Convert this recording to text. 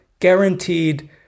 Guaranteed